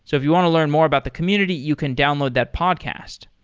so if you want to learn more about the community, you can download that podcast.